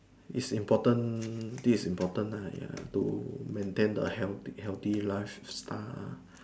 is important this is important nah ya to maintain the healthy healthy lifestyle